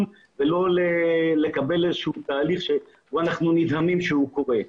ולא לקבל איזשהו תהליך ואנחנו נדהמים שהוא קורה.